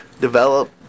develop